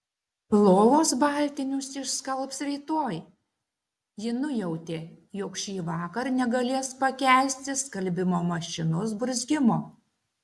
lovos baltinius išskalbs rytoj ji nujautė jog šįvakar negalės pakęsti skalbimo mašinos burzgimo